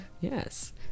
yes